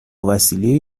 وسیلهای